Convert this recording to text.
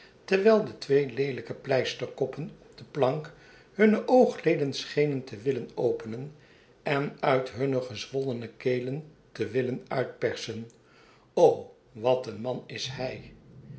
terwijl de twee leelijke pleisterkoppen op de plank hunne oogleden schenen te willen openen en uit hunne gezwollene kelen te willen uitpersen wat een man is hij